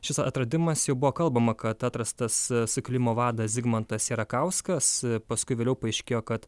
šis atradimas jau buvo kalbama kad atrastas sukilimo vadas zigmantas sierakauskas paskui vėliau paaiškėjo kad